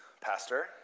Pastor